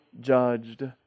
judged